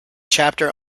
chapter